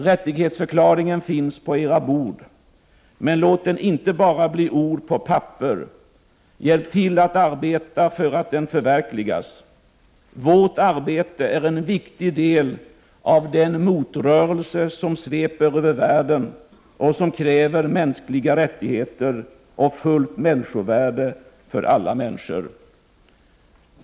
Rättighetsförklaringen finns på era bord. Men låt den inte bara bli ord på papper. Hjälp till att arbeta för att den förverkligas. Vårt arbete är en viktig del av den motrörelse, som sveper över världen och som kräver mänskliga rättigheter och fullt människovärde för alla människor.